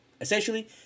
essentially